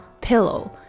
Pillow